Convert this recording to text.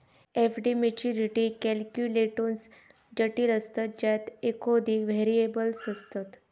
FD maturity calculations जटिल असतत ज्यात एकोधिक व्हेरिएबल्स असतत